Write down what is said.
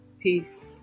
Peace